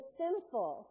sinful